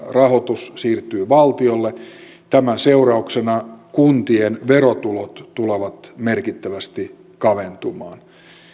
rahoitus siirtyy valtiolle tämän seurauksena kuntien verotulot tulevat merkittävästi kaventumaan